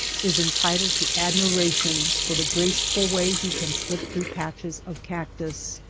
is entitled to admiration for the graceful way he can slip through patches of cactus.